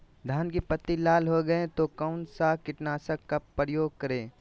धान की पत्ती लाल हो गए तो कौन सा कीटनाशक का प्रयोग करें?